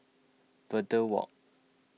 Verde Walk